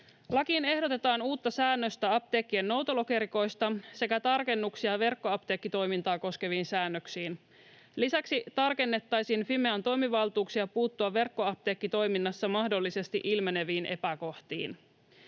Lakiin ehdotetaan uutta säännöstä apteekkien noutolokerikoista sekä tarkennuksia verkkoapteekkitoimintaa koskeviin säännöksiin. Lisäksi tarkennettaisiin Fimean toimivaltuuksia puuttua verkkoapteekkitoiminnassa mahdollisesti ilmeneviin epäkohtiin.